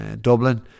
Dublin